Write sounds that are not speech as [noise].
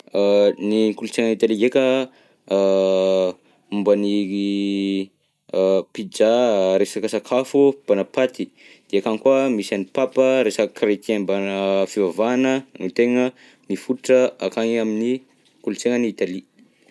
[hesitation] Ny kolontsaina any Italie ndreka [hesitation] momba ny [hesitation] pizza, resaka sakafo mbana paty, de akagny koa misy an'i Papa resaka chrétien mbana fivavahana ny tena mifototra akagny amin'ny kolontsaignan'i Italie.